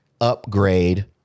upgrade